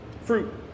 Fruit